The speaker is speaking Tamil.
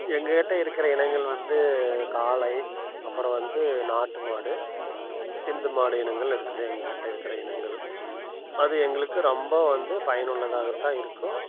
எங்கக்கிட்ட இருக்கிற இனங்கள் வந்து காளை அப்புறம் வந்து நாட்டு மாடு சிந்து மாடு இனங்கள் இருக்குது எங்கக்கிட்ட இருக்கிற இனங்கள் அது எங்களுக்கு ரொம்ப வந்து பயனுள்ளதாகத்தான் இருக்கும்